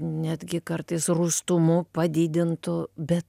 netgi kartais rūstumu padidintu bet